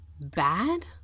bad